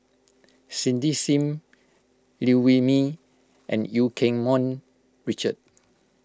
Cindy Sim Liew Wee Mee and Eu Keng Mun Richard